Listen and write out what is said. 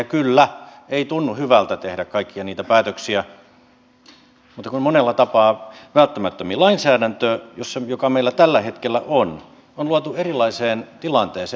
ja kyllä ei tunnu hyvältä tehdä kaikkia niitä päätöksiä mutta monella tapaa välttämättömin lainsäädäntö joka meillä tällä hetkellä on on luotu erilaiseen tilanteeseen